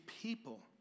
people